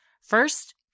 First